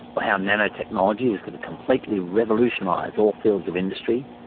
or how nanotechnology was going to completely revolutionise all fields of industry?